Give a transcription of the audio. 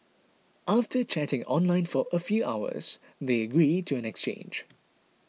after chatting online for a few hours they agreed to an exchange